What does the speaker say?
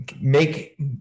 make